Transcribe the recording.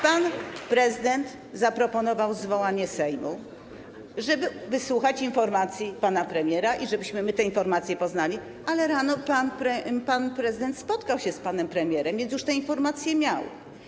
Pan prezydent zaproponował zwołanie Sejmu, żeby wysłuchać informacji pana premiera, żebyśmy te informacje poznali, ale rano pan prezydent spotkał się z panem premierem, więc już te informacje miał.